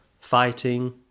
fighting